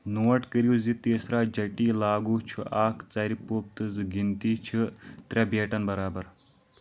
note کٔرِو زِ تیسرا جٹی لاگو چھُ اکھ ژَرِ پوٚپ تہٕ زٕ گنتی چھِ ترےٚ بیٹَن برابر